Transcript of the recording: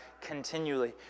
continually